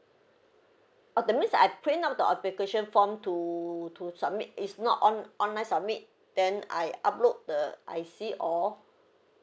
oh that means I print out the application form to to submit is not on online submit then I upload the I_C all